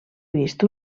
vist